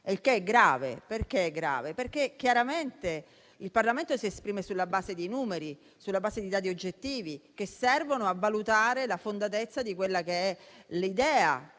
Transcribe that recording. Questo è grave, perché chiaramente il Parlamento si esprime sulla base dei numeri e di dati oggettivi che servono a valutare la fondatezza dell'idea